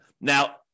Now